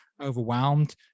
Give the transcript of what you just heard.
overwhelmed